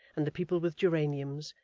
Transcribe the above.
and the people with geraniums,